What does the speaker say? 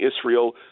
Israel